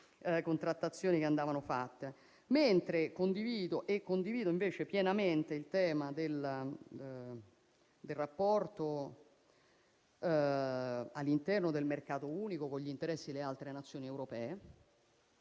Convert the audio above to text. nelle contrattazioni che andavano fatte. Condivido invece pienamente il tema del rapporto, all'interno del mercato unico, con gli interessi delle altre Nazioni europee.